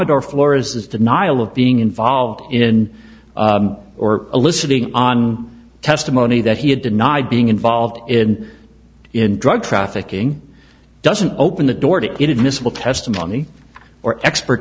or florists denial of being involved in or eliciting on testimony that he had denied being involved in in drug trafficking doesn't open the door to inadmissible testimony or expert